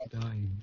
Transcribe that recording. dying